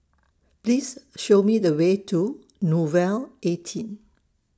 Please Show Me The Way to Nouvel eighteen